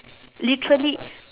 literally